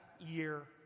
year